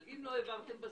אם לא העברתם בזמן,